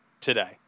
today